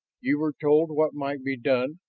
you were told what might be done,